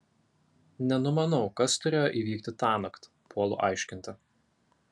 nenumanau kas turėjo įvykti tąnakt puolu aiškinti